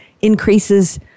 increases